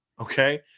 okay